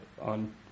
on